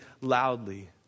loudly